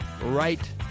right